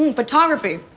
and photography,